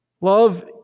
Love